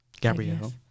Gabrielle